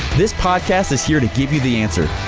this podcast is here to give you the answer.